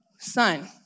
Son